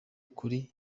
kuri